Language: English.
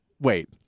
wait